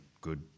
good